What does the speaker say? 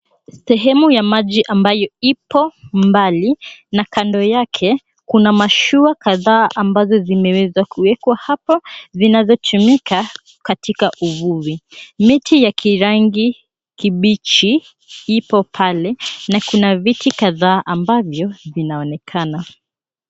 Sehemu ya maji ambayo ipo mbali na kando yake kuna mashua kadhaa ambazo zimewezwa kuwekwa hapo zinazotumika katika uvuvi. Miti ya kirangi kibichi ipo pale na kuna viti kadhaa ambavyo vinaonekana.